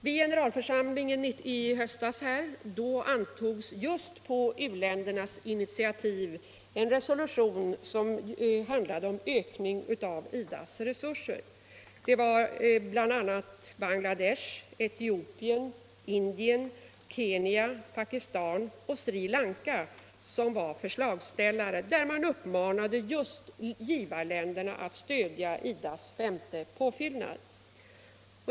Vid generalförsamlingen i höstas antogs, just på u-ländernas initiativ, en resolution om en ökning av IDA:s resurser. Förslagsställare var bl.a. Bangladesh, Etiopien, Indien, Kenya, Pakistan och Sri Lanka. De uppmanade just givarländerna att stödja IDA:s femte påfyllnad.